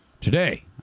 Today